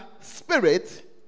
spirit